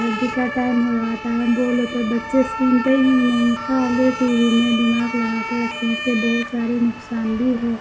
rugby کا time آ جاتا ہے بولو تو بچّے سنتے ہی نہیں خالی ٹی وی میں دماغ لگا کے رکھتے ہیں اس سے بہت سارے نقصان بھی ہے